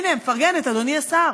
הנה, מפרגנת, אדוני השר.